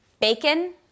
bacon